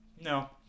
No